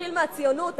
נתחיל מהציונות?